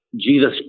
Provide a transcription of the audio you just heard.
Jesus